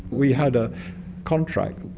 we had a contract,